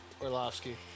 Orlovsky